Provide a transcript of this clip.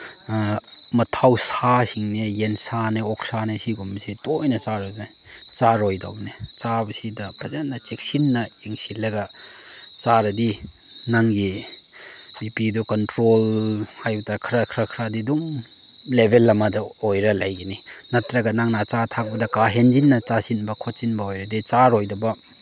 ꯃꯊꯧ ꯁꯥꯁꯤꯡꯁꯦ ꯌꯦꯟꯁꯥꯅꯦ ꯑꯣꯛꯁꯥꯅꯦ ꯁꯤꯒꯨꯝꯕꯁꯦ ꯇꯣꯏꯅ ꯆꯥꯔꯣꯏꯗꯧꯕꯅꯦ ꯆꯥꯕꯁꯤꯗ ꯐꯖꯅ ꯆꯦꯛꯁꯤꯟꯅ ꯌꯦꯡꯁꯤꯜꯂꯒ ꯆꯥꯔꯗꯤ ꯅꯪꯒꯤ ꯕꯤ ꯄꯤꯗꯨ ꯀꯟꯇ꯭ꯔꯣꯜ ꯍꯥꯏꯕꯗ ꯈꯔ ꯈꯔ ꯈꯔꯗꯤ ꯑꯗꯨꯝ ꯂꯦꯕꯦꯜ ꯑꯃꯗ ꯑꯣꯏꯔ ꯂꯩꯒꯅꯤ ꯅꯠꯇ꯭ꯔꯒ ꯅꯪꯅ ꯑꯆꯥ ꯑꯊꯛꯄꯗ ꯀꯥ ꯍꯦꯟꯖꯤꯟꯅ ꯆꯥꯁꯤꯟꯕ ꯈꯣꯠꯆꯤꯟꯕ ꯑꯣꯏꯔꯗꯤ ꯆꯥꯔꯣꯏꯗꯕ